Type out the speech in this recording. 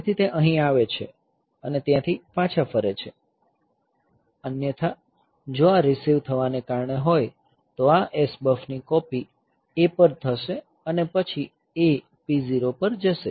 તેથી તે અહીં આવે છે અને ત્યાંથી પાછા ફરે છે અન્યથા જો આ રીસીવ થવાને કારણે હોય તો આ SBUF ની કોપી A પર થશે અને પછી A P0 પર જશે